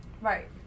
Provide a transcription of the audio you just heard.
Right